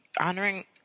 honoring